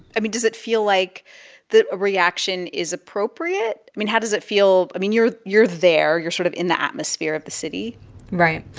i mean, does it feel like that reaction is appropriate? i mean, how does it feel i mean, you're you're there. you're sort of in the atmosphere of the city right,